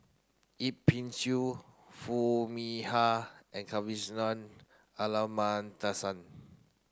Yip Pin Xiu Foo Mee Har and Kavignareru Amallathasan